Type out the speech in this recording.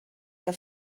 que